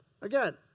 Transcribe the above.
Again